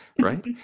Right